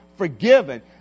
forgiven